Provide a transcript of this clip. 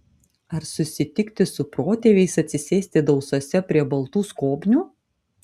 ar susitikti su protėviais atsisėsti dausose prie baltų skobnių